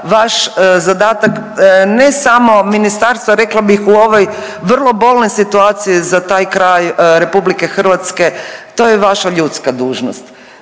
vaš zadatak ne samo ministarstva rekla bih u ovoj vrlo bolnoj situaciji za taj kraj RH to je vaša ljudska dužnost